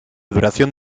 duración